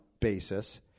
basis